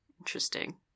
Interesting